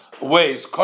ways